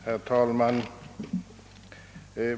Herr talman!